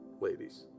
ladies